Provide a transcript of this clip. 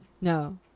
No